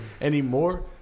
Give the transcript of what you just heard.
anymore